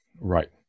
Right